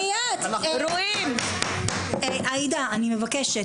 עאידה, אני מבקשת.